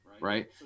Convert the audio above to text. right